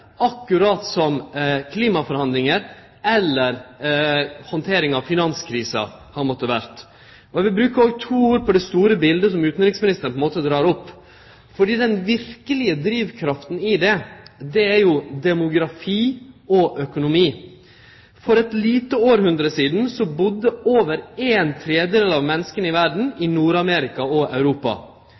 akkurat som klimaforhandlingar eller handteringa av finanskrisa har måtta vere. Eg vil òg bruke to ord på det store biletet utanriksministeren dreg opp. For den verkelege drivkrafta i det er jo demografi og økonomi. For eit lite århundre sidan budde over ein tredel av menneska i verda i Nord-Amerika og Europa.